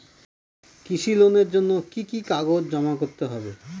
কৃষি লোনের জন্য কি কি কাগজ জমা করতে হবে?